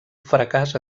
fracàs